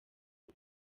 ubu